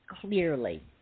clearly